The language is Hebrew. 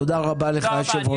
תודה רבה לך היושב-ראש.